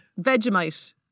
Vegemite